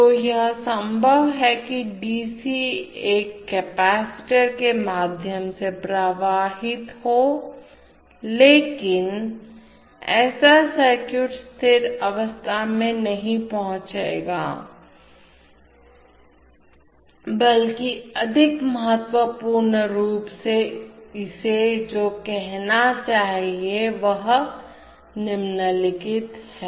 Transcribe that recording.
तो यह संभव है कि d c एक कपैसिटर के माध्यम से प्रवाहित हो लेकिन ऐसा सर्किट स्थिर अवस्था में नहीं पहुंचेगा बल्कि अधिक महत्वपूर्ण रूप से इसे जो कहना चाहिए वह निम्नलिखित है